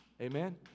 amen